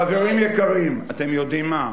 חברים יקרים, אתם יודעים מה?